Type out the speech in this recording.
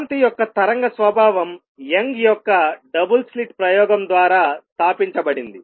కాంతి యొక్క తరంగ స్వభావం యంగ్ యొక్క డబుల్ స్లిట్ ప్రయోగం ద్వారా స్థాపించబడింది